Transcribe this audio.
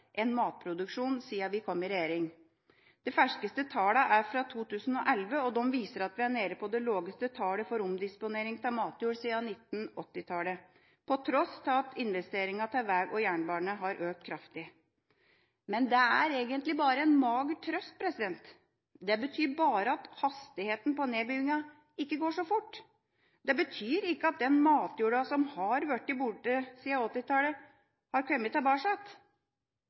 matproduksjon. De ferskeste tallene er fra 2011, og de viser at vi er nede på det laveste tallet for omdisponering av matjord siden 1980-tallet – på tross av at investeringene til vei og jernbane har økt kraftig. Men det er egentlig bare en mager trøst. Det betyr bare at hastigheten i nedbyggingen ikke går så fort. Det betyr ikke at den matjorda som har blitt borte siden 1980-tallet, har kommet tilbake.